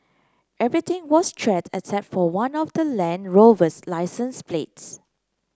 everything was charred except for one of the Land Rover's licence plates